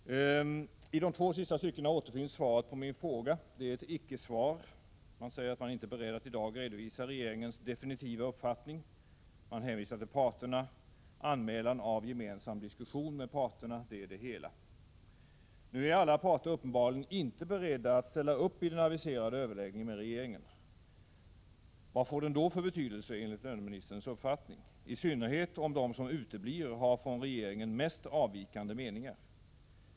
I de två sista styckena återfinns svaret på min fråga. Det är ett icke-svar. Man säger att man inte är beredd att i dag redovisa regeringens definitiva uppfattning. Man hänvisar till parterna och anmäler en gemensam diskussion med parterna. Det är det hela. Men alla parter är uppenbarligen inte beredda att ställa upp i den aviserade överläggningen med regeringen. Vad får den då för betydelse, enligt löneministerns uppfattning, i synnerhet om de som uteblir har den från regeringen mest avvikande meningen?